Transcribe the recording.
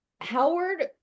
Howard